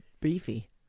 beefy